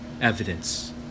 evidence